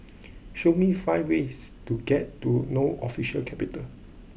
show me five ways to get to no official capital